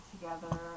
together